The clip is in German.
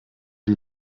die